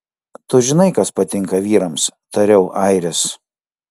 tu žinai kas patinka vyrams tariau airis